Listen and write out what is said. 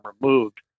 removed